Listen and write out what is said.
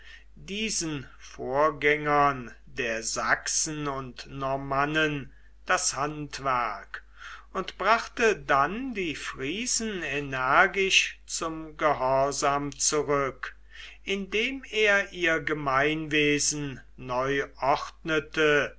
diesen vorgängern der sachsen und normannen das handwerk und brachte dann die friesen energisch zum gehorsam zurück indem er ihr gemeinwesen neu